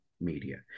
media